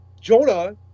Jonah